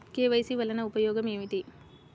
KYC వలన ఉపయోగం ఏమిటీ?